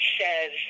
says